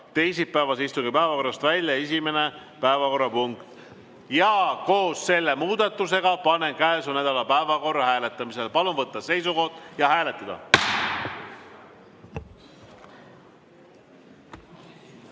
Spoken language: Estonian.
teisipäevase istungi päevakorrast välja esimene päevakorrapunkt. Koos selle muudatusega panen käesoleva nädala päevakorra hääletamisele. Palun võtta seisukoht ja hääletada!